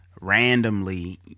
randomly